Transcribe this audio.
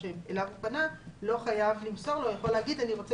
אליו הוא פנה לא חייב למסור לו ויכול לומר שהוא רוצה